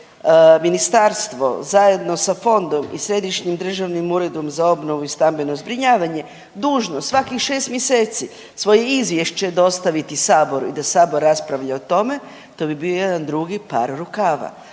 da je ministarstvo zajedno sa fondom i Središnjim državnim uredom za obnovu i stambeno zbrinjavanje dužno svakih 6 mjeseci svoje izvješće dostaviti saboru i da sabor raspravlja o tome to bi bio jedan drugi par rukava.